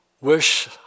Wish